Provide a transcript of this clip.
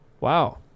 Wow